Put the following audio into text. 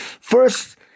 first